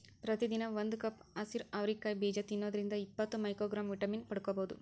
ಪ್ರತಿದಿನ ಒಂದು ಕಪ್ ಹಸಿರು ಅವರಿ ಕಾಯಿ ಬೇಜ ತಿನ್ನೋದ್ರಿಂದ ಇಪ್ಪತ್ತು ಮೈಕ್ರೋಗ್ರಾಂ ವಿಟಮಿನ್ ಪಡ್ಕೋಬೋದು